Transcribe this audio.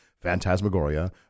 Phantasmagoria